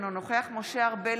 אינו נוכח משה ארבל,